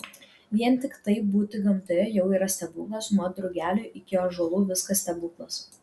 vien tiktai būti gamtoje jau yra stebuklas nuo drugelių iki ąžuolų viskas stebuklas